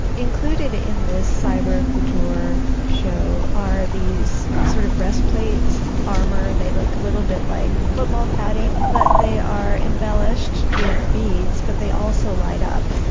included in this cyber couture show are these sort of breast plates armor, they look a little bit like football padding but they are embellished with beads, but they also light up.